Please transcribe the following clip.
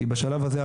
כי בשלב הזה,